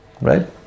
Right